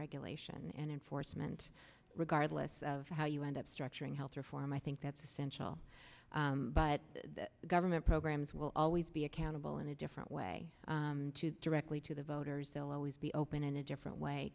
regulation and enforcement regardless of how you end up structuring health reform i think that's essential but government programs will always be accountable in a different way to directly to the voters will always be open in a different way